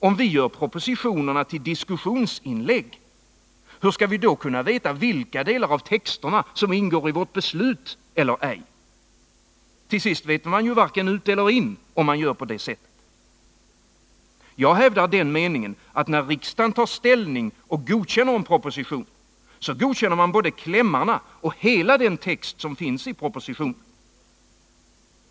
Om vi gör propositionerna till diskussionsinlägg, hur skall vi då kunna veta vilka delar av texterna som ingår i vårt beslut? Till sist vet man ju varken ut eller in, om man gör på det sättet. Jag hävdar den meningen, att när riksdagen tar ställning och godkänner en proposition, så godkänner riksdagen både klämmarna och hela den text som finns i propositionen.